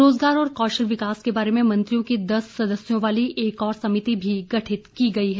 रोजगार और कौशल विकास के बारे में मंत्रियों की दस सदस्यों वाली एक और समिति भी गठित की गई है